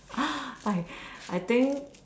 I I think